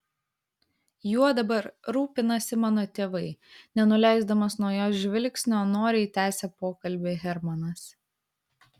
juo dabar rūpinasi mano tėvai nenuleisdamas nuo jos žvilgsnio noriai tęsė pokalbį hermanas